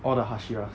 all the hashiras